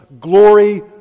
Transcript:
glory